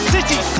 City